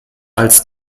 als